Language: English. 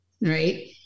Right